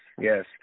yes